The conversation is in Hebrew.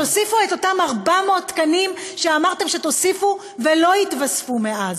תוסיפו את אותם 400 תקנים שאמרתם שתוסיפו ולא התווספו מאז.